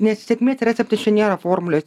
nes sėkmės receptas čia nėra formulės